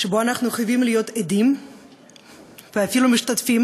שבו אנחנו חייבים להיות עדים ואפילו משתתפים